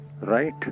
right